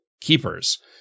keepers